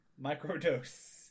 Microdose